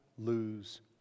lose